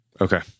Okay